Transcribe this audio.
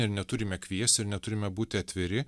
ir neturime kviesti ir neturime būti atviri